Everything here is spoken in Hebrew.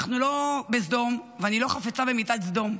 אנחנו לא בסדום, ואני לא חפצה מיטת סדום,